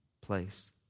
place